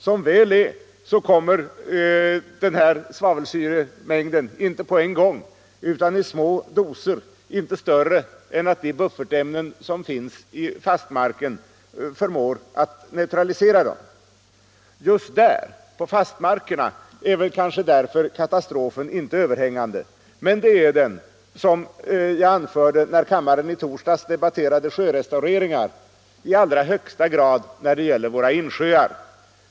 Som väl är kommer denna svavelsyremängd inte på en gång utan i små doser — inte större än att de buffertämnen som finns i fastmarken förmår neutralisera dem. Just där, på fastmarkerna, är kanske därför katastrofen inte överhängande. Men det är den, som jag anförde när kammaren i torsdags debatterade sjörestaureringar, i allra högsta grad när det gäller våra insjöar.